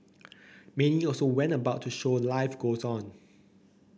many also went about to show life goes on